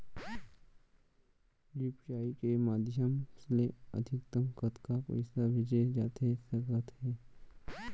UPI के माधयम ले अधिकतम कतका पइसा भेजे जाथे सकत हे?